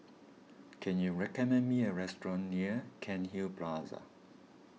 can you recommend me a restaurant near Cairnhill Plaza